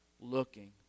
looking